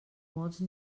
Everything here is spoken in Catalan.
molts